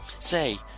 Say